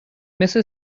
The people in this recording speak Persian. مثل